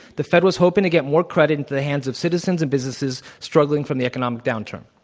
the fed was hoping to get more credit into the hands of citizens and businesses struggling from the economic downturn.